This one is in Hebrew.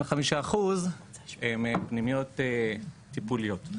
וה-75% הנותנים הם לפנימיות טיפוליות.